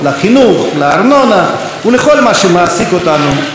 לארנונה ולכל מה שמעסיק אותנו ביום-יום.